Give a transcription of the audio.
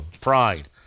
pride